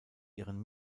ihren